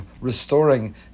restoring